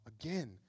again